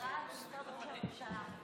שרה במשרד ראש הממשלה.